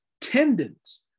tendons